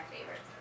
favorites